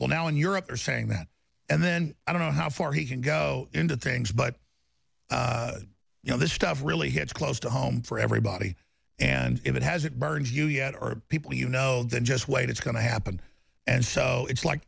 well now in europe they're saying that and then i don't know how far he can go into things but you know this stuff really hits close to home for everybody and it has it burns you yet or people you know that just wait it's going to happen and so it's like